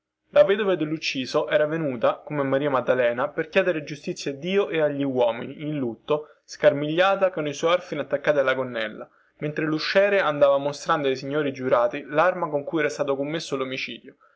la vedova dellucciso era venuta come maria maddalena per chiedere giustizia a dio e agli uomini in lutto scarmigliata coi suoi orfani attaccati alla gonnella mentre lusciere andava mostrando ai signori giurati larme con cui era stato commesso lomicidio